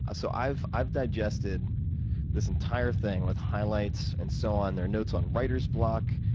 ah so i've i've digested this entire thing with highlights and so on. there are notes on writer's block,